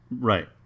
right